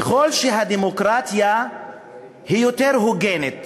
ככל שהדמוקרטיה יותר הוגנת